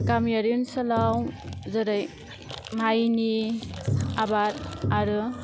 गामियारि ओनसोलाव जेरै माइनि आबाद आरो